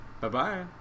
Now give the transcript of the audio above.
Bye-bye